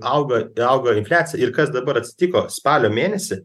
auga auga infliacija ir kas dabar atsitiko spalio mėnesį